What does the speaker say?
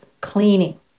cleaning